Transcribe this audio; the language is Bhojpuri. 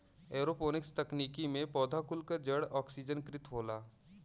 एरोपोनिक्स तकनीकी में पौधा कुल क जड़ ओक्सिजनकृत होला